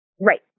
right